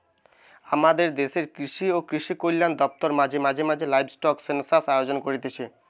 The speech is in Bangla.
আমদের দেশের কৃষি ও কৃষিকল্যান দপ্তর মাঝে মাঝে লাইভস্টক সেনসাস আয়োজন করতিছে